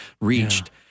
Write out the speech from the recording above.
reached